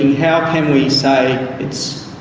how can we say it's